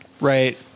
right